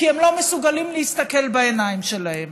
כי הם לא מסוגלים להסתכל בעיניים שלהם.